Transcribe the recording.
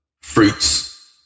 fruits